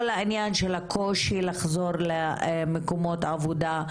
אני מתכוונת לכל העניין של הקושי לחזור למקומות העבודה,